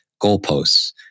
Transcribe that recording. goalposts